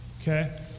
Okay